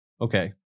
Okay